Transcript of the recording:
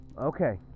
Okay